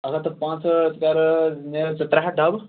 اَکھ ہتھ تہٕ پٲنٛژہٲٹھ کَر حظ مےٚ حظ چھِ ترٛےٚ ہتھ ڈبہٕ